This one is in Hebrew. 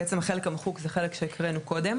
בעצם החלק המחוק זה חלק שהקראנו קודם.